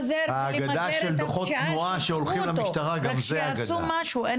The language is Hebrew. האגדה של דוחות תנועה שהולכים למשטרה, גם זו אגדה.